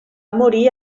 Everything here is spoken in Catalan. morir